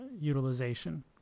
utilization